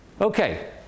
Okay